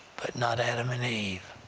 but not adam and eve.